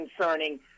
concerning